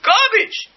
Garbage